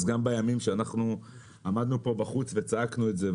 אז גם בימים שאנחנו עמדנו פה בחוץ וצעקנו את זה,